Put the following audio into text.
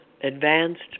advanced